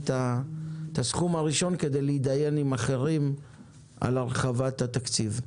את הסכום הראשון כדי להתדיין עם אחרים על הרחבת התקציב.